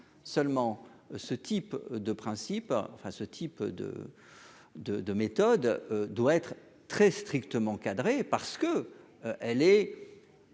seulement ce type de principe enfin ce type de de de méthode doit être très strictement encadrée parce que elle est